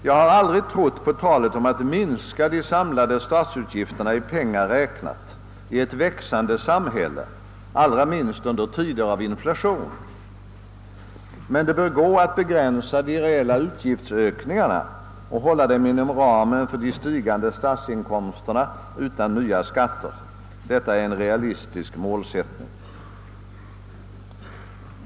Jag har aldrig trott på talet om att minska de samlade statsutgifterna, i pengar räknat, i ett växande samhälle, allra minst under tider av inflation, men det bör gå att begränsa de reella utgiftsökningarna och hålla dem inom ramen för de stigande statsinkomsterna utan nya skatter. Detta är en realistisk målsättning.